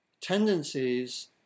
tendencies